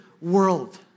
world